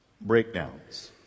breakdowns